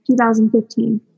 2015